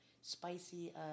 spicy